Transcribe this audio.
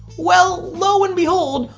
well, lo and behold,